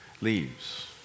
leaves